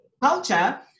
culture